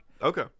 Okay